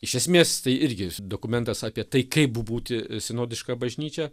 iš esmės tai irgi dokumentas apie tai kaip būti sinodiška bažnyčia